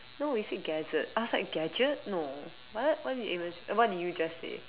no you said gazette I was like gadget no what what did you even what did you just say